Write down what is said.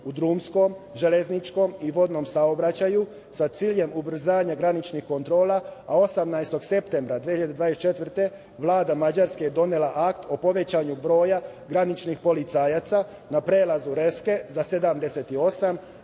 u drumskom, železničkom i vodnom saobraćaju, sa ciljem ubrzanja graničnih kontrola, a 18. septembra 2024. godine Vlada Mađarske je donela Akt o povećanju broja graničnih policajaca na prelazu Reske za 78,